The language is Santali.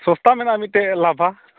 ᱥᱚᱥᱛᱟ ᱢᱮᱱᱟᱜ ᱢᱤᱫᱴᱮᱡ ᱞᱟᱵᱷᱟ